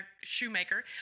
Shoemaker